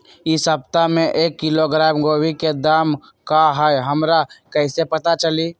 इ सप्ताह में एक किलोग्राम गोभी के दाम का हई हमरा कईसे पता चली?